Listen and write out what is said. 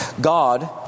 God